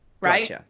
right